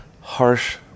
harsh